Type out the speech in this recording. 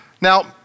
Now